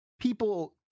people